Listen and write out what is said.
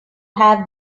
have